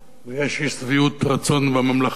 ויש אי-שביעות רצון בממלכה,